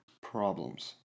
problems